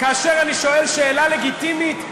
כאשר אני שואל שאלה לגיטימית,